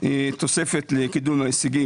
תוספת לקידום ההישגים,